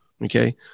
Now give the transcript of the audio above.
Okay